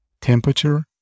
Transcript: temperature